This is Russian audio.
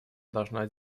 должна